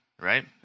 right